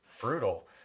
brutal